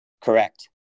Correct